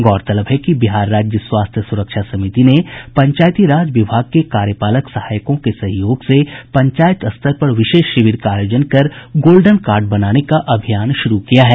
गौरतलब है कि बिहार राज्य स्वास्थ्य सुरक्षा समिति ने पंचायती राज विभाग के कार्यपालक सहायकों के सहयोग से पंचायत स्तर पर विशेष शिविर का आयोजन कर गोल्डन कार्ड बनाने का अभियान शुरू किया है